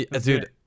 dude